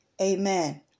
Amen